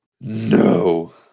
No